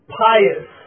pious